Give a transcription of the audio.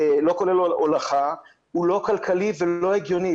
לא כולל הולכה, הוא לא כלכלי ולא הגיוני.